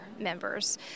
members